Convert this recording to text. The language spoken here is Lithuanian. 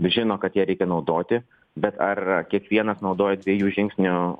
žino kad ją reikia naudoti bet ar kiekvienas naudoja dviejų žingsnių